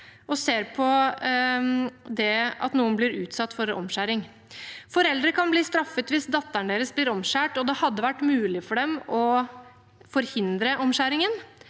og på at noen blir utsatt for omskjæring. Foreldre kan bli straffet hvis datteren deres blir omskåret og det hadde vært mulig for dem å forhindre omskjæringen.